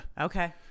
Okay